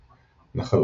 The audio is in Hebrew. נחלים.